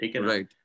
Right